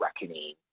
Reckoning